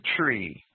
tree